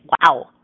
Wow